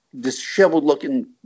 disheveled-looking